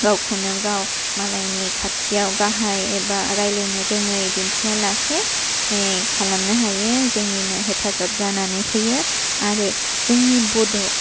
गावखौनो गाव मालायनि खाथियाव गाहाय एबा रायलायनो रोङै दिन्थिया लासे खालामनो हायो जोंनिनो हेफाजाब जानानै फैयो आरो जोंनि बड'